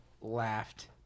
laughed